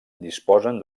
disposen